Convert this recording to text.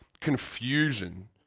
confusion